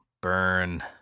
burn